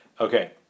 Okay